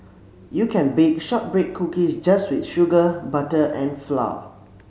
you can bake shortbread cookies just with sugar butter and flour